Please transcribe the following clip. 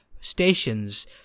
stations